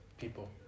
people